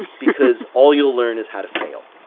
because all you'll learn is how to fail.